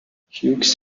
hughes